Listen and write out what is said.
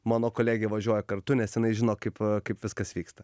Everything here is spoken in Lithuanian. mano kolegė važiuoja kartu nes jinai žino kaip kaip viskas vyksta